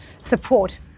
support